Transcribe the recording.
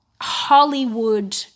Hollywood